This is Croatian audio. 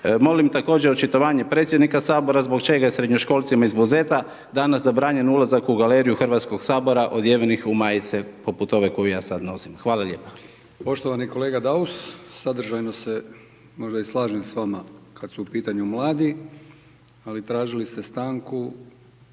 Molim također očitovanje predsjednika Sabora, zbog čega srednjoškolcima iz Buzeta danas zabranjen ulazak u galeriju HS-a odjevenih u majice poput ove koju ja sad nosim. Hvala lijepo. **Brkić, Milijan (HDZ)** Poštovani kolega Daus, sadržajno se možda i slažem s vama kad su u pitanju mladi, ali tražili ste stanku